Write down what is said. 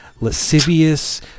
lascivious